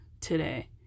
today